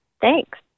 Thanks